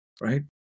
right